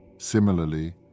Similarly